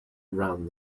around